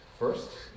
First